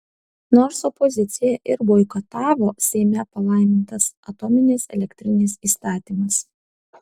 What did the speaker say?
nors opozicija ir boikotavo seime palaimintas atominės elektrinės įstatymas